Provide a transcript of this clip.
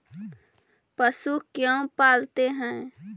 पशु क्यों पालते हैं?